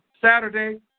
Saturday